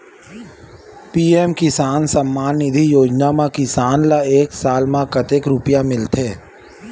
PM Kisan Samman Nidhi योजना म किसान ल एक साल म कतेक रुपिया मिलथे?